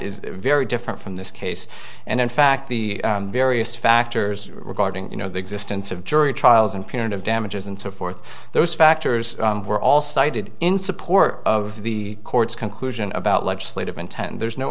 is very different from this case and in fact the various factors regarding you know the existence of jury trials and punitive damages and so forth those factors were all cited in support of the court's conclusion about legislative intent and there's no